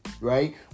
right